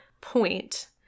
point